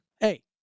Hey